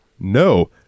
no